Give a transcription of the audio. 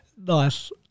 Nice